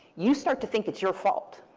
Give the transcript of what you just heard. you start to think it's your fault.